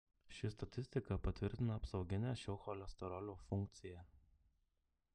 ši statistika patvirtina apsauginę šio cholesterolio funkciją